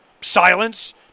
Silence